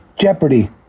Jeopardy